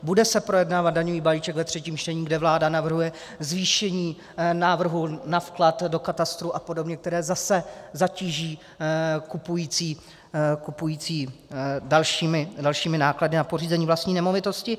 Bude se projednávat daňový balíček ve třetím čtení, kde vláda navrhuje zvýšení návrhu na vklad do katastru a podobně, které zase zatíží kupující dalšími a dalšími náklady na pořízení vlastní nemovitosti.